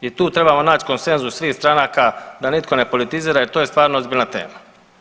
I tu trebamo naći konsenzus svih stranaka, da nitko ne politizira jer to je stvarno ozbiljna tema.